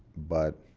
but,